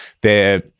they're-